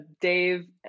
Dave